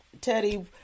Teddy